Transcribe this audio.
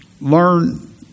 learn